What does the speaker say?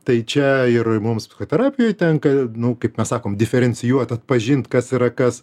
tai čia ir mums psichoterapijoj tenka nu kaip mes sakom diferencijuot atpažint kas yra kas